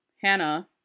hannah